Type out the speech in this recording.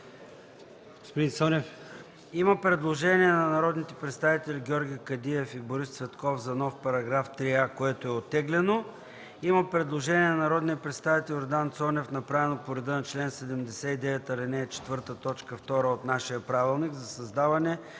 Има предложение на народните представители Георги Кадиев и Борис Цветков за нов § 3а, което е оттеглено. Има предложение на народния представител Йордан Цонев, направено по реда на чл. 79, ал. 4, т. 2 от нашия правилник за създаване